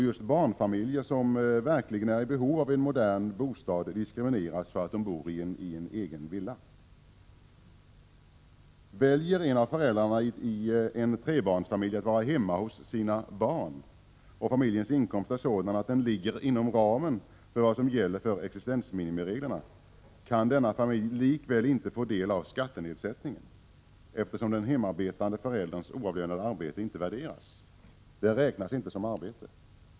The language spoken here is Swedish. Just barnfamiljer, som verkligen är i behov av en modern bostad, diskrimineras för att de bor i en egen villa. Väljer en av föräldrarna i en trebarnsfamilj att vara hemma hos sina barn — och familjens inkomst är sådan att den ligger inom ramen för vad som gäller för existensminimireglerna — kan denna familj likväl inte få del av skattenedsättningen, eftersom den hemarbetande förälderns oavlönade arbete inte värderas. Det räknas inte som arbete.